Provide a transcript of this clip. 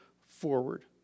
forward